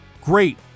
great